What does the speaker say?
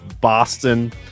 Boston